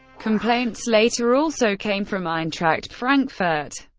complaints later also came from eintracht frankfurt,